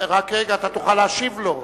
רק רגע, אתה תוכל להשיב לו.